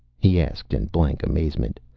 he asked in blank amazement.